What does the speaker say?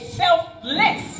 selfless